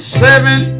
seven